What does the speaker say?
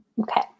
okay